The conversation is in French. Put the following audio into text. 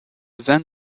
vin